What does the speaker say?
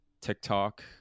TikTok